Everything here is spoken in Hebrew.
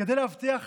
כדי להבטיח